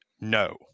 no